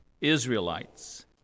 Israelites